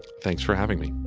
thanks for having me